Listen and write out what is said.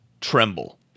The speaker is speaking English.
Tremble